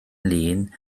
lin